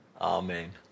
Amen